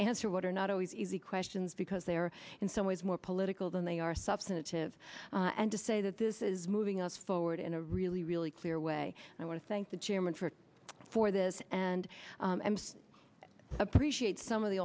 answer what are not always easy questions because they are in some ways more political than they are substantive and to say that this is moving us forward in a really really clear way i want to thank the chairman for for this and i appreciate some of the